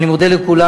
אני מודה לכולם.